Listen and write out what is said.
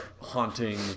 haunting